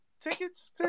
tickets